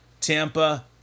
Tampa